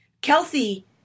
Kelsey